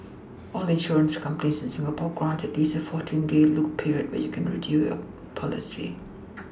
all insurance companies in Singapore grant at least a fourteen day look period where you can your policy